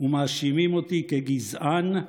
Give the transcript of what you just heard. ומאשימים אותי כגזען,